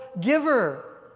giver